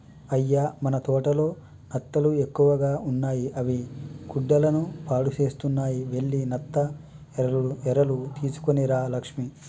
అయ్య మన తోటలో నత్తలు ఎక్కువగా ఉన్నాయి అవి గుడ్డలను పాడుసేస్తున్నాయి వెళ్లి నత్త ఎరలు తీసుకొని రా లక్ష్మి